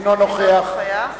- אינו נוכח